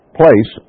place